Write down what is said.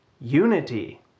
unity